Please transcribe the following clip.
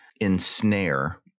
ensnare